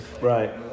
Right